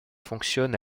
fonctionne